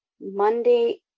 Monday